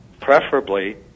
Preferably